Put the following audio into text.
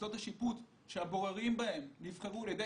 מוסדות השיפוט שהבוררים בהם נבחרו על ידי